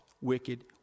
wicked